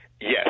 Yes